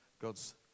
God's